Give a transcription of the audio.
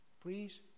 Please